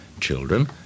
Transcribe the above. children